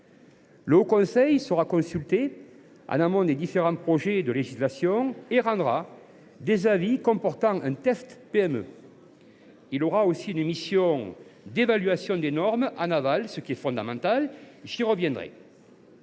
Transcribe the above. Le haut conseil sera consulté en amont des différents projets de législation et rendra des avis comportant un « test PME ». Il aura aussi une mission d’évaluation des normes en aval, ce qui est fondamental ; j’y reviendrai.